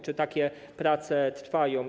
Czy takie prace trwają?